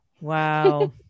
Wow